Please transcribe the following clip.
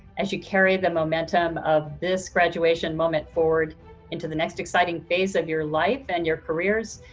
as you carry the momentum of this graduation moment forward into the next exciting phase of your life and your careers,